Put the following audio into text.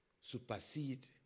supersede